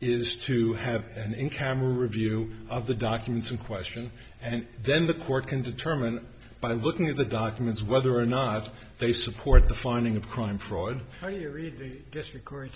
is to have an in camera view of the documents in question and then the court can determine by looking at the documents whether or not they support the finding of crime fraud or you just record